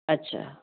अच्छा